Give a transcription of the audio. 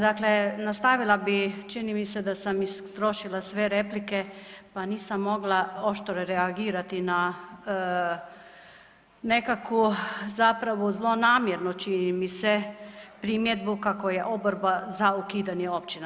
Dakle, nastavila bih čini mi se da sam istrošila sve replike, pa nisam mogla oštro reagirati na nekakvu zapravo zlonamjernu čini mi primjedbu kako je oporba za ukidanje općina.